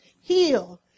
heal